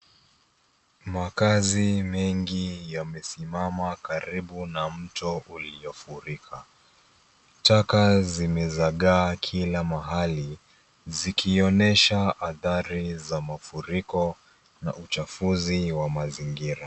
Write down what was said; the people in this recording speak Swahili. Makaazi mengi yamesimama karibu na mto uliofurika, taka zimezagaa kila mahali zikionyesha adhari za mafuriko na uchafuzi wa mazingira.